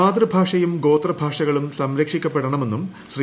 മാതൃഭാഷയും ഗോത്ര ഭാഷകളും സംരക്ഷിക്കപ്പെടണമെന്നും ശ്രീ